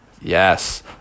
Yes